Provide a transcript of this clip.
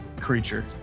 creature